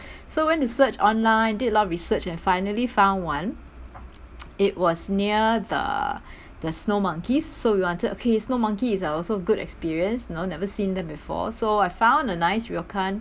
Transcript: so went to search online did a lot of research and finally found one it was near the the snow monkeys so we wanted okay snow monkeys are also good experience you know never seen them before so I found a nice ryokan